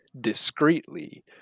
discreetly